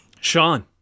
Sean